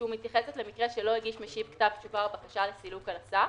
שמתייחסת למקרה שלא הגיש משיב כתב תשובה או בקשה לסילוק על הסף.